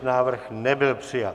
Návrh nebyl přijat.